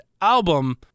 album